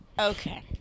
Okay